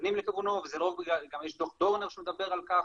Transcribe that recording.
מכוונים אליו ויש גם את דו"ח דורנר שמדבר על כך.